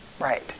right